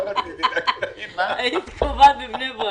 היית קובעת בבני ברק.